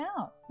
out